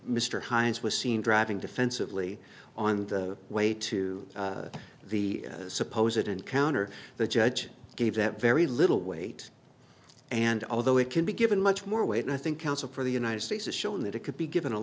mr hinds was seen driving defensively on the way to the suppose it encounter the judge gave that very little weight and although it can be given much more weight i think counsel for the united states has shown that it could be given a